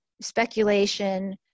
speculation